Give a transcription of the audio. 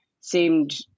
seemed